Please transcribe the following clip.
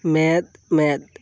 ᱢᱮᱫ ᱢᱮᱫ